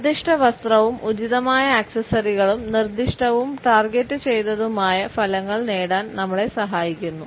നിർദ്ദിഷ്ട വസ്ത്രവും ഉചിതമായ ആക്സസറികളും നിർദ്ദിഷ്ടവും ടാർഗെറ്റുചെയ്തതുമായ ഫലങ്ങൾ നേടാൻ നമ്മളെ സഹായിക്കുന്നു